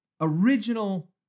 original